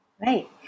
Right